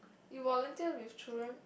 it volunteer with children